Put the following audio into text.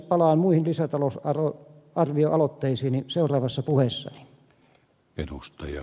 palaan muihin lisätalousarvioaloitteisiini seuraavassa puheessani